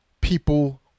people